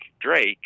Drake